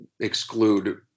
exclude